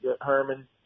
Herman